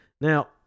now